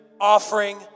offering